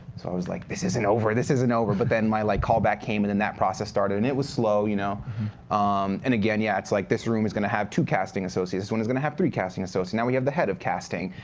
so i was like, this isn't over, this isn't over. but then my like callback came, and then that process started. and it was slow. you know um and again, yeah, it's like this room is going to have two casting associates one is going to have three casting so associates. now we have the head of casting.